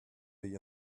the